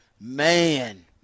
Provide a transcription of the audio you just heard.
Man